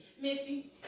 Missy